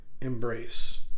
embrace